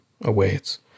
awaits